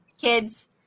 kids